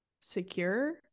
secure